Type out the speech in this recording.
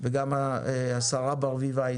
וגם השרה ברביבאי